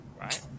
right